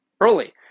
early